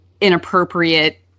inappropriate